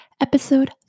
episode